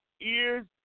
ears